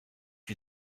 die